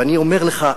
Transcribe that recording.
ואני אומר לך: